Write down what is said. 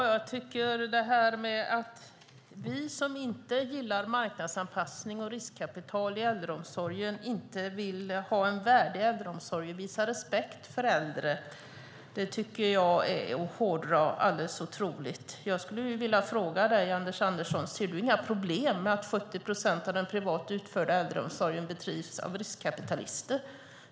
Fru talman! Det här med att vi som inte gillar marknadsanpassning och riskkapital i äldreomsorgen inte vill ha en värdig äldreomsorg och visa respekt för äldre tycker jag är att hårdra alldeles otroligt. Jag skulle vilja fråga dig, Anders Andersson, om du inte ser några problem med att 70 procent av den privat utförda äldreomsorgen bedrivs av riskkapitalister?